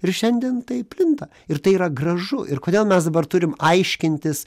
ir šiandien tai plinta ir tai yra gražu ir kodėl mes dabar turim aiškintis